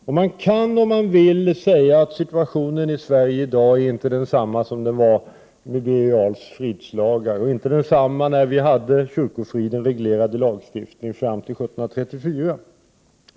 Om man vill kan man säga att situationen i dag inte är densamma som vid införandet av Birger Jarls fridslagar, och den är inte heller som den var fram till år 1734, då vi hade kyrkofriden reglerad i lagstiftning.